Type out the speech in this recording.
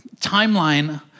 timeline